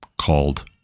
called